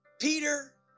Peter